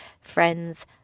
friends